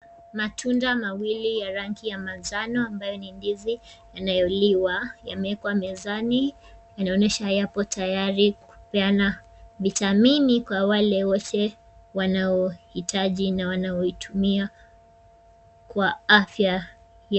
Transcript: Matunda mawili ya rangi ya manjano ambayo ni ndizi yanayoliwa, yamewekwa mezani. Yanaonyesha yapo tayari kupeana vitamini kwa wale wote wanaohitaji na wanaoitumia kwa afya yao.